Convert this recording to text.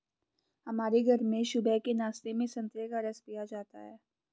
हमारे घर में सुबह के नाश्ते में संतरे का रस पिया जाता है